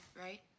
right